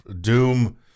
doom